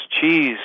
cheese